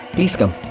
please come